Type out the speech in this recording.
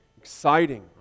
exciting